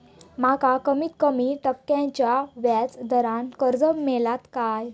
माका कमीत कमी टक्क्याच्या व्याज दरान कर्ज मेलात काय?